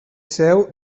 seu